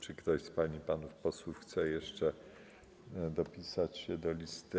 Czy ktoś z pań i panów posłów chce jeszcze dopisać się do listy?